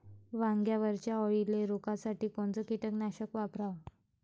वांग्यावरच्या अळीले रोकासाठी कोनतं कीटकनाशक वापराव?